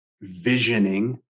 visioning